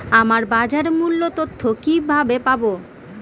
আমরা বাজার মূল্য তথ্য কিবাবে পাবো?